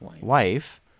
wife